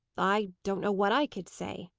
i don't know what i could say,